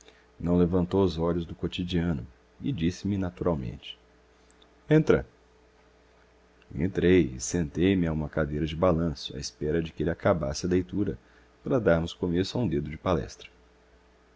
não levantou os olhos do quotidiano e disse-me naturalmente entra entrei e sentei-me a uma cadeira de balanço à espera de que ele acabasse a leitura para darmos começo a um dedo de palestra